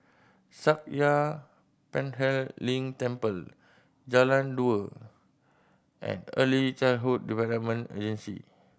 Sakya Tenphel Ling Temple Jalan Dua and Early Childhood Development Agency